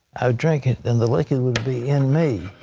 i would drink it and the liquid would be in me.